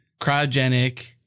cryogenic